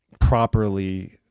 properly